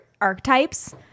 archetypes